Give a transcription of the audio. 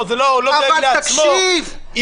הוא לא דואג לעצמו.